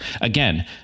Again